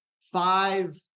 five